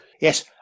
Yes